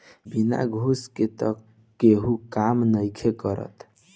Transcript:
बिना घूस के तअ केहू काम नइखे करत